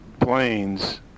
planes